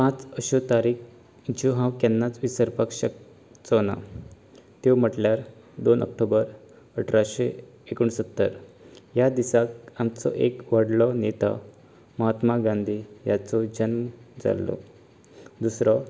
पांच अश्यो तारीक ज्यो हांव केन्नाच विसरपाक शकचो ना त्यो म्हटल्यार दोन ऑक्टोबर अठराशें एकोणसत्तर ह्या दिसाक आमचो एक व्हडलो नेता महात्मा गांधी ह्याचो जल्म जाल्लो दुसरो